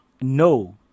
No